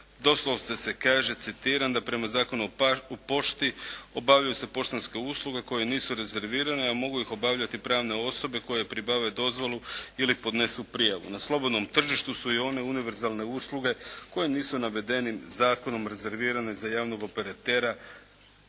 doslovce se kaže, citiram da: "Prema Zakonu o pošti obavljaju se poštanske usluge koje nisu rezervirane a mogu ih obavljati pravne osobe koje pribave dozvolu ili podnesu prijavu. Na slobodnom tržištu su i one univerzalne usluge koje nisu navedenim zakonom rezervirane za javnog operatera